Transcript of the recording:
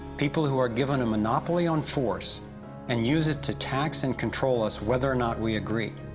people who are given a monopoly on force and use it to tax and control us, whether or not we agree.